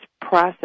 process